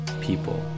people